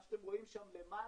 מה שאתם רואים שם למעלה,